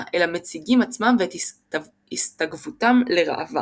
אלא מציגים עצמם ואת הסתגפותם לראווה.